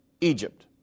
Egypt